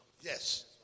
yes